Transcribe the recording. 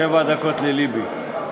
שבע דקות ללב"י.